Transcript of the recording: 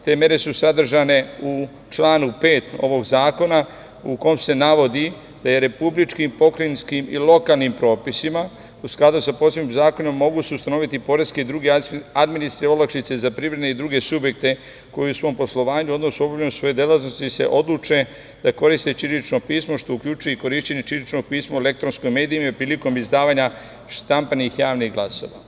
Te mere su sadržane u članu 5. ovog zakona, u kom se navodi da je republičkim, pokrajinskim i lokalnim propisima u skladu sa posebnim zakonom mogu se ustanoviti poreske i druge administrativne olakšice za privredne i druge subjekte koji u svom poslovanju, odnosno obavljanju svoje delatnosti se odluče na koriste ćirilično pismo, što uključuje i korišćenje ćiriličnog pisma u elektronskim medijima i prilikom izdavanja štampanih javnih glasila.